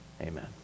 Amen